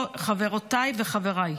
חברותיי וחבריי,